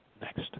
next